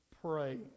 pray